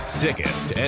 sickest